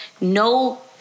no